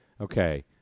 Okay